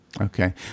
Okay